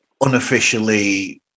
unofficially